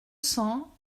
cents